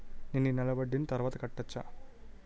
నేను ఈ నెల వడ్డీని తర్వాత కట్టచా?